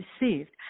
received